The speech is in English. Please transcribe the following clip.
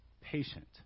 patient